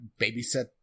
babysit